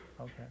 Okay